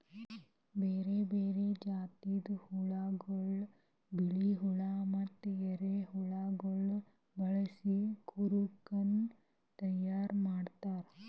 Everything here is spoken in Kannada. ಬೇರೆ ಬೇರೆ ಜಾತಿದ್ ಹುಳಗೊಳ್, ಬಿಳಿ ಹುಳ ಮತ್ತ ಎರೆಹುಳಗೊಳ್ ಬಳಸಿ ಕೊಳುಕನ್ನ ತೈಯಾರ್ ಮಾಡ್ತಾರ್